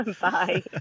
bye